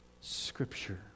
scripture